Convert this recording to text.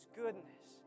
goodness